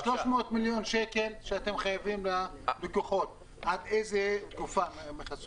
מיליון השקלים שאתם חייבים ללקוחות עד איזו תקופה?